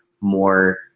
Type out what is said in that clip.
more